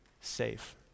safe